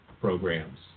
programs